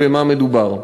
במה מדובר.